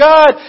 God